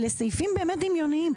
אלה סעיפים באמת דמיוניים.